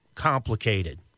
Complicated